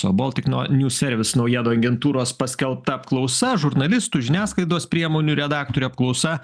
baltic no news service naujienų agentūros paskelbta apklausa žurnalistų žiniasklaidos priemonių redaktorių apklausa